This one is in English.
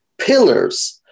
pillars